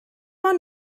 ond